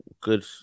Good